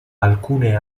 alcune